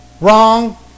wrong